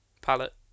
Palette